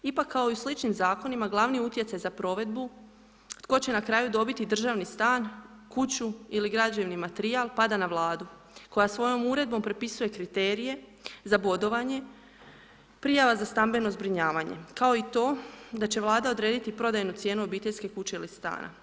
Ipak kao i u sličnim zakonima, glavni utjecaj za provedbu tko će na kraju dobiti državni stan, kuću ili građevni materijal pada na Vladu koja svojom uredbom propisuje kriterije za bodovanje prijava za stambeno zbrinjavanje, kao i to da će Vlada odrediti prodajnu cijenu obiteljske kuće ili stana.